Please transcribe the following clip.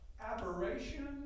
aberration